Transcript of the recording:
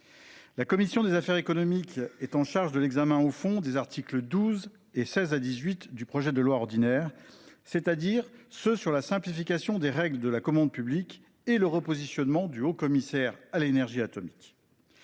La commission des affaires économiques était chargée de l’examen au fond des articles 12 et 16 à 18 du projet de loi ordinaire, relatifs à la simplification des règles de la commande publique et au repositionnement du haut commissaire à l’énergie atomique.